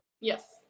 Yes